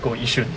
go yishun